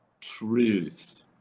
truth